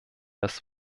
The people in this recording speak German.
das